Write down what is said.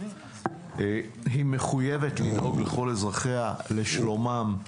היא מחויבת לדאוג לכול אזרחיה, לשלומם,